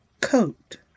coat